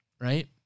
right